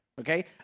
okay